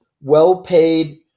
well-paid